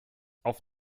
auf